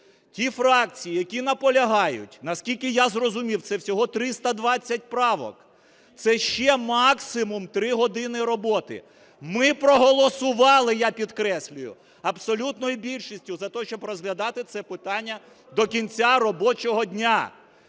Ті фракції, які наполягають, наскільки я зрозумів, це всього 320 правок, це ще, максимум, три години роботи. Ми проголосували, я підкреслюю, абсолютною більшістю за те, щоб розглядати це питання до кінця робочого дня.